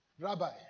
Rabbi